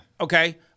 Okay